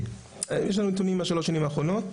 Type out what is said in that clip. יש לנו נתונים מהשלוש שנים האחרונות.